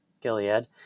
Gilead